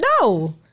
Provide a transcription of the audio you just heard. no